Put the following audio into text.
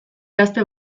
gazte